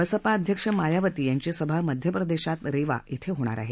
बसपा अध्यक्ष मायावती यांची सभा मध्यप्रदेशात रेवा धिं होणार आहे